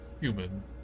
human